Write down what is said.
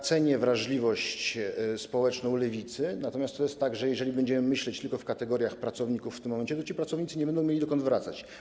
Cenię wrażliwość społeczną lewicy, natomiast to jest tak, że jeżeli będziemy myśleć tylko w kategoriach pracowników w tym momencie, to ci pracownicy nie będą mieli dokąd wracać.